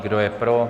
Kdo je pro?